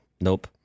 nope